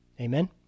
Amen